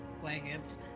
blankets